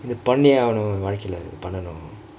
பன்னியே ஆகனும் வாழ்க்கைல பன்னனும்:panniye aaganum vaalkaila pannanum